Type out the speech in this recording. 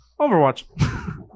Overwatch